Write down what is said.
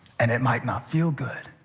and it might not feel good,